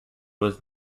was